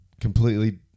completely